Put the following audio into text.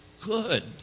good